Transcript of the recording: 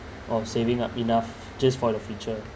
or saving up enough just for the future